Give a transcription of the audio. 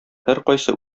һәркайсы